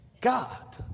god